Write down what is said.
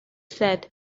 said